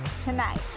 tonight